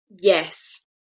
Yes